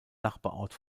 nachbarort